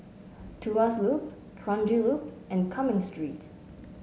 Tuas Loop Kranji Loop and Cumming Street